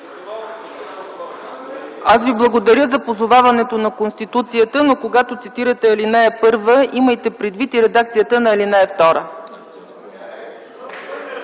Аз Ви благодаря за позоваването на Конституцията, но когато цитирате ал. 1, имайте предвид и редакцията на ал. 2.